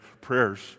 prayers